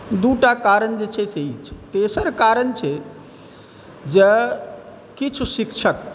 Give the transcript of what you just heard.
दू टा कारण जे छै से ई छै तेसर कारण छै जे किछु शिक्षक